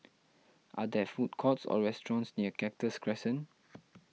are there food courts or restaurants near Cactus Crescent